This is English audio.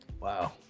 wow